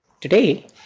Today